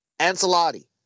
Ancelotti